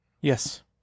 Yes